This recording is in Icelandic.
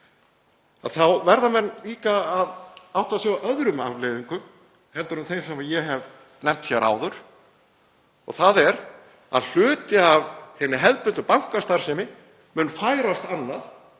þá verða menn líka að átta sig á öðrum afleiðingum en þeim sem ég hef nefnt hér áður, þ.e. að hluti af hinni hefðbundnu bankastarfsemi mun færast annað,